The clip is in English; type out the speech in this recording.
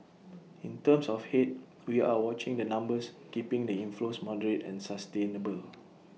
in terms of Head we are watching the numbers keeping the inflows moderate and sustainable